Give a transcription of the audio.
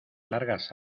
largas